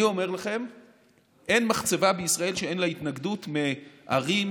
אני אומר לכם שאין מחצבה בישראל שאין לה התנגדות מערים,